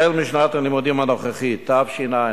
משנת הלימודים הנוכחית, תשע"א,